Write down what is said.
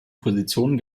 position